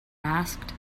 asked